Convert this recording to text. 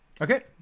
okay